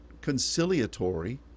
conciliatory